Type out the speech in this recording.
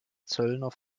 zöllner